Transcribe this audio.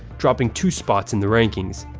dropping two spots in the rankings.